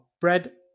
bread